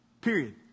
period